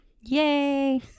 Yay